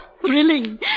Thrilling